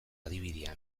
adibidea